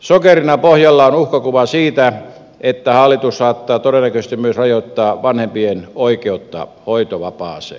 sokerina pohjalla on uhkakuva siitä että hallitus saattaa todennäköisesti myös rajoittaa vanhempien oikeutta hoitovapaaseen